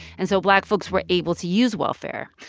and so black folks were able to use welfare.